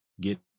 get